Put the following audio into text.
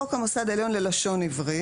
חוק המוסד העליון ללשון עברית.